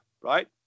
right